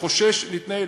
שחושש להתנהל.